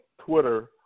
Twitter